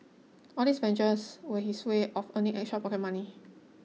all these ventures was his way of earning extra pocket money